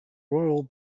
royal